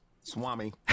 Swami